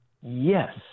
Yes